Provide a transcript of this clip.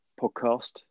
podcast